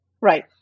Right